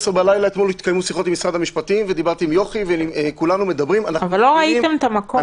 ברשותך, אני רוצה לתת סקירה קצרה.